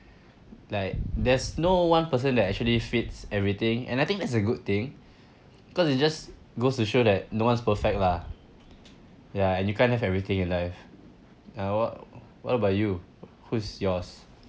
like there's no one person that actually fits everything and I think that's a good thing cause it just goes to show that no one's perfect lah ya and you can't have everything in life uh what what about you who's yours